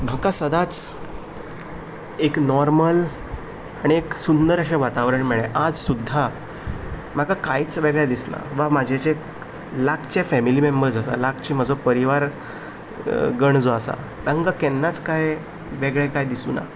म्हाका सदांच एक नॉर्मल आनी एक सुंदर अशें वातावरण मेळ्ळें आज सुद्दां म्हाका कांयच वेगळें दिसना बाबा म्हजें जें लागचें फॅमिली मेंबर्स आसा लागचो म्हजो परिवार गण जो आसा तांकां केन्नाच कांय वेगळें कांय दिसुना